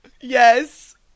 Yes